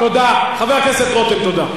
חבר הכנסת רותם, תודה.